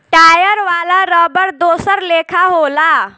tyre वाला रबड़ दोसर लेखा होला